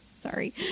Sorry